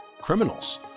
criminals